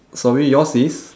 sorry yours is